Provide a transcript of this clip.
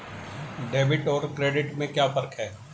Debit और credit में क्या फर्क है?